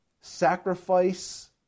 sacrifice